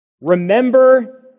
Remember